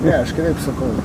ne aš kitaip sakau